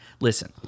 Listen